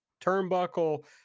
turnbuckle